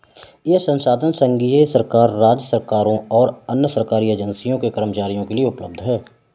यह संसाधन संघीय सरकार, राज्य सरकारों और अन्य सरकारी एजेंसियों के कर्मचारियों के लिए उपलब्ध है